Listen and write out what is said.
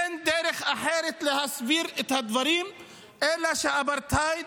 אין דרך אחרת להסביר את הדברים אלא שאפרטהייד